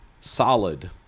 solid